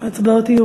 ההצבעות יהיו